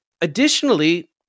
additionally